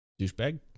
douchebag